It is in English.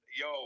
Yo